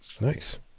Nice